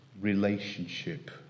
relationship